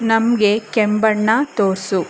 ನಮಗೆ ಕೆಂಬಣ್ಣ ತೋರಿಸು